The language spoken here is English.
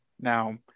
now